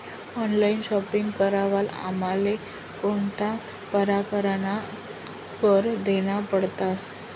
Online shopping करावर आमले कोणता परकारना कर देना पडतस?